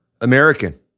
American